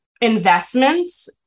investments